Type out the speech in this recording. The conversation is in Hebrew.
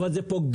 אבל זה פוגע.